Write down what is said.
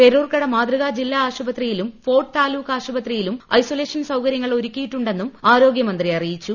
പേരൂർക്കട മാതൃകാ ജില്ലാ ആശുപത്രിയിലും ഫോർട്ട് താലൂക്ക് ആശുപത്രിയിലും ഐസൊലേഷൻ സൌകര്യങ്ങൾ ഒരുക്കിയിട്ടുണ്ടെന്നും ആരോഗ്യമന്ത്രി അറിയിച്ചു